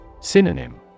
Synonym